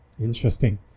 Interesting